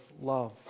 love